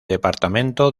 departamento